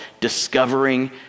Discovering